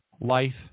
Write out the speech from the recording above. life